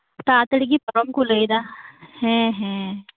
ᱛᱟᱲᱟᱛᱟᱹᱲᱤᱜᱮ ᱯᱟᱨᱚᱢᱠᱩ ᱞᱟᱹᱭᱮᱫᱟ ᱦᱮᱸ ᱦᱮᱸᱻ